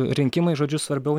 rinkimai žodžiu svarbiau